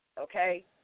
okay